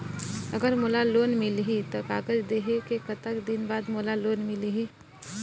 अगर मोला लोन मिलही त कागज देहे के कतेक दिन बाद मोला लोन मिलही?